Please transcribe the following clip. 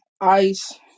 ice